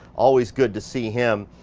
always good to see him.